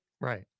Right